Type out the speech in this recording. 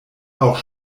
auch